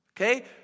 Okay